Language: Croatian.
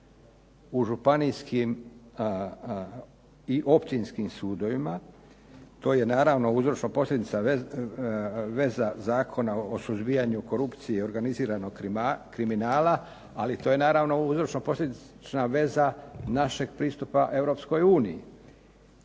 u županijskim i općinskim sudovima. To je naravno uzročno-posljedična veza Zakona o suzbijanju korupcije i organiziranog kriminala, ali to je naravno uzročno posljedična veza našeg pristupa Europskoj uniji,